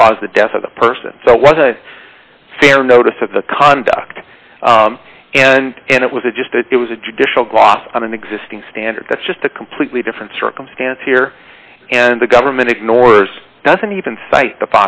the cause the death of the so it was a fair notice of the conduct and and it was just it was a judicial gloss on an existing standard that's just a completely different circumstance here and the government ignores doesn't even cite the